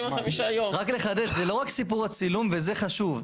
רק לחדד, זה לא רק סיפור הצילום, וזה חשוב.